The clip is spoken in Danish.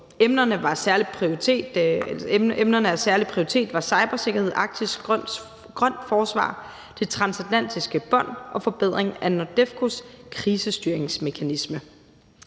Emnerne af særlig prioritet var cybersikkerhed, arktisk grønt forsvar, det transatlantiske bånd og forbedring af NORDEFCOs krisestyringsmekanisme.